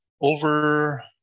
over